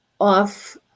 off